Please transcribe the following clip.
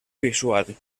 visual